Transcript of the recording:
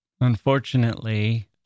Unfortunately